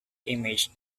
image